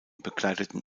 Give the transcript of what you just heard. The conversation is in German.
bekleideten